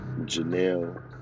Janelle